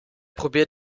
probiert